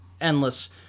endless